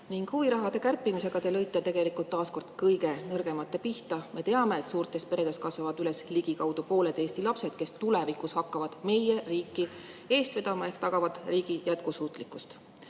raha kärpimisega te lõite tegelikult taas kõige nõrgemate pihta. Me teame, et suurtes peredes kasvavad üles ligikaudu pooled Eesti lapsed, kes tulevikus hakkavad meie riiki eest vedama ehk tagavad riigi jätkusuutlikkuse.